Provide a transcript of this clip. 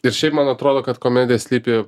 ir šiaip man atrodo kad komedija slypi